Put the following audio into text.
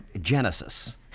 Genesis